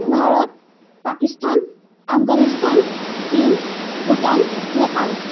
ভাৰত পাকিস্তান আফগানিস্তান চীন ভূটান নেপাল